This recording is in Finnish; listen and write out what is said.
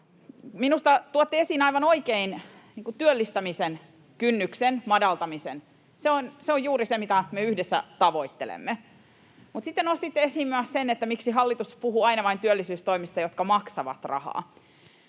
minusta tuotte esiin aivan oikein työllistämisen kynnyksen madaltamisen — se on juuri se, mitä me yhdessä tavoittelemme. Mutta sitten nostitte esiin myös, miksi hallitus puhuu aina vain työllisyystoimista, jotka maksavat rahaa.